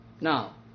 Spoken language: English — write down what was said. Now